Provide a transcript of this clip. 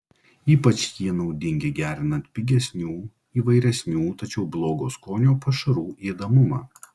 ypač jie naudingi gerinant pigesnių įvairesnių tačiau blogo skonio pašarų ėdamumą